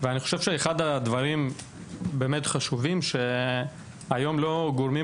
ואני חושב שאחד הדברים החשובים הוא שלא הגורמים